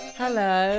hello